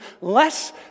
less